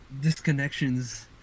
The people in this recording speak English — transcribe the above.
disconnections